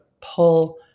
pull